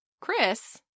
Chris